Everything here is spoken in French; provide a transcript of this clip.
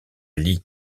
lit